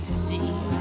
see